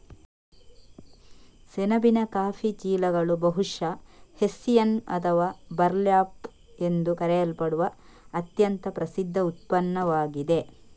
ಸೆಣಬಿನ ಕಾಫಿ ಚೀಲಗಳು ಬಹುಶಃ ಹೆಸ್ಸಿಯನ್ ಅಥವಾ ಬರ್ಲ್ಯಾಪ್ ಎಂದು ಕರೆಯಲ್ಪಡುವ ಅತ್ಯಂತ ಪ್ರಸಿದ್ಧ ಉತ್ಪನ್ನವಾಗಿದೆ